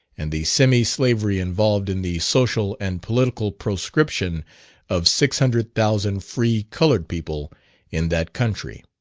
and the semi-slavery involved in the social and political proscription of six hundred thousand free coloured people in that country.